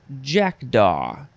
jackdaw